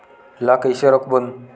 ला कइसे रोक बोन?